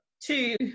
two